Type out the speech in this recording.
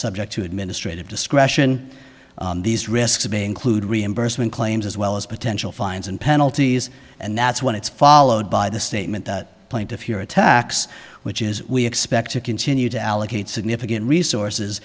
subject to administrative discretion these risks being included reimbursement claims as well as potential fines and penalties and that's when it's followed by the statement that plaintiff here attacks which is we expect to continue to allocate significant resources